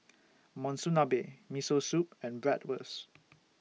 Monsunabe Miso Soup and Bratwurst